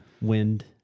wind